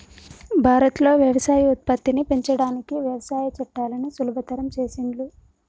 భారత్ లో వ్యవసాయ ఉత్పత్తిని పెంచడానికి వ్యవసాయ చట్టాలను సులభతరం చేసిండ్లు